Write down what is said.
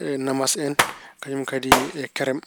e namasa en, kañum kadi e kerem.